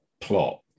plot